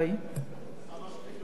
רבותי.